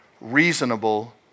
reasonable